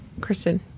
Kristen